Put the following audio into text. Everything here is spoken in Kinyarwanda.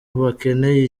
bakeneye